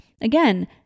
Again